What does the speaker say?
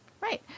Right